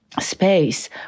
space